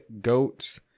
goats